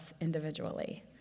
individually